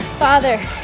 Father